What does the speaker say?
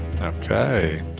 Okay